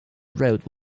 wrote